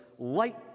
Light